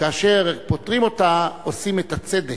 וכאשר פותרים אותה, עושים את הצדק.